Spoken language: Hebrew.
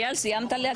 אייל, סיימת להקריא?